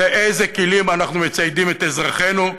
באיזה כלים אנחנו מציידים את אזרחינו.